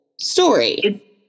story